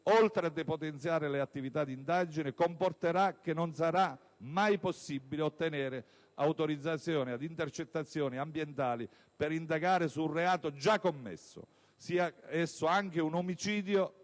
oltre a depotenziare le attività di indagine, comporterà che non sarà mai possibile ottenere autorizzazioni ad intercettazioni ambientali per indagare su un reato già commesso, sia esso anche un omicidio